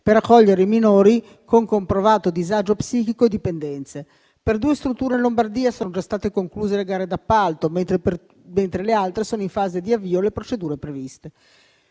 per accogliere i minori con comprovato disagio psichico e dipendenze. Per due strutture in Lombardia sono state concluse le gare d'appalto, mentre per le altre sono in fase di avvio le procedure previste.